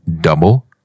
DOUBLE